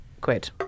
quid